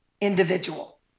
individual